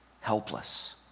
helpless